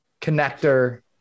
connector